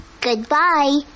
Goodbye